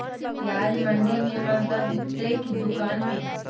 प्याज मंडि में मँहगा बिकते कि दुकान में?